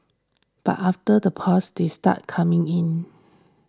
but after the pause they start coming in